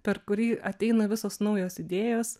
per kurį ateina visos naujos idėjos